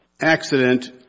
accident